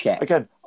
again